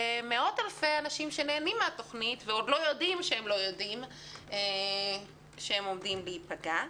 ומאות אלפי אנשים שנהנים מן התוכנית ועוד לא יודעים שהם עומדים להיפגע.